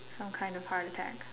some kind of heart attack